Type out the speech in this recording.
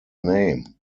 name